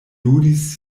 ludis